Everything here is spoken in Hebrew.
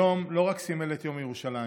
היום לא רק סימל את יום ירושלים,